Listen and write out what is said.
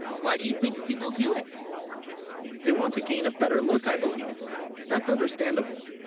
why, do you think people do it they, want to gain a better look i believe that's understandable